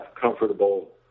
comfortable